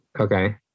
okay